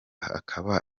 akaba